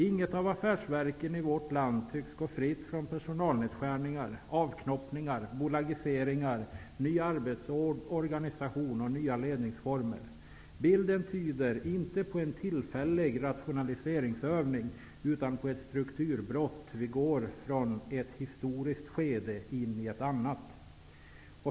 Inget av affärsverken i vårt land tycks gå fritt från personalnedskärningar, avknoppningar, bolagiseringar, nya arbetsorganisationer och nya ledningsformer. Bilden tyder inte på en tillfällig rationaliseringsövning utan på ett strukturbrott. Vi går från ett historiskt skede in i ett annat.